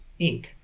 Inc